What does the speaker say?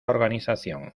organización